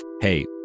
Hey